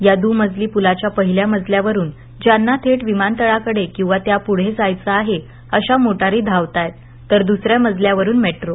या दुमजली पुलाच्या पहिल्या मजल्यावरून ज्यांना थेट विमानतळाकडे किंवा त्यापुढे जायचं आहे अशा मोटारी धावताहेत तर द्सऱ्या मजल्यावरून मेट्रो